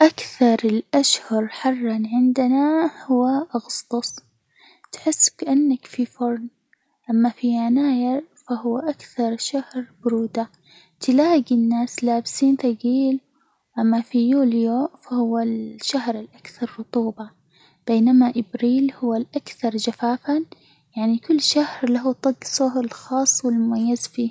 أكثر الأشهر حرًا عندنا هو أغسطس، تحس كأنك في فرن، أما في يناير فهو أكثر شهر برودة، تلاجي الناس لابسين ثقيل، أما في يوليو فهو الشهر الأكثر رطوبة، بينما أبريل هو الأكثر جفافًا، يعني كل شهر له طجسه الخاص والمميز فيه.